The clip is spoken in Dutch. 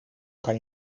kan